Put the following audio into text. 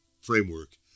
framework